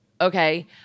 Okay